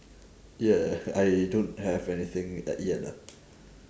ya I don't have anything at yet lah